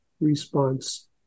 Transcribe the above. response